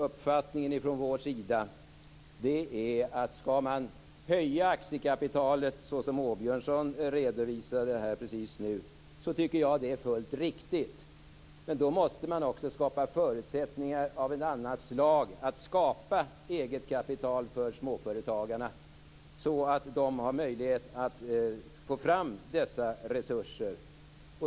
Uppfattningen från vår sida är att om man skall höja aktiekapitalet som Åbjörnsson redovisade nyss, tycker jag att det är fullt riktigt. Men då måste man också skapa förutsättningar av ett annat slag för småföretagarna att skapa eget kapital, så att de har möjlighet att få fram dessa resurser.